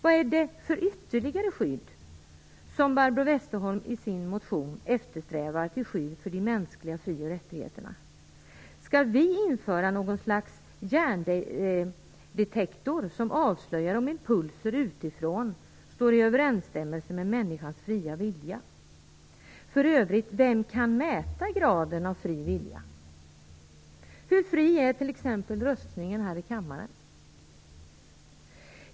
Vad är det som Barbro Westerholm i sin motion ytterligare eftersträvar till skydd för de mänskliga fri och rättigheterna? Skall vi införa något slags järndetektor, som avslöjar om impulser utifrån står i överensstämmelse med människans fria vilja? Vem kan för övrigt mäta graden av fri vilja? Hur fri är t.ex. röstningen här i kammaren?